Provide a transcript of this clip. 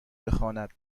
بخواند